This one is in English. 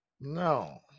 No